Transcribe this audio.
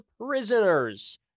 prisoners